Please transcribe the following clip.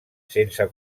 sense